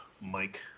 Mike